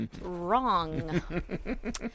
wrong